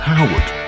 Howard